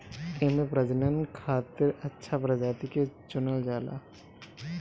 एमे प्रजनन खातिर अच्छा प्रजाति के चुनल जाला